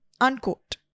Unquote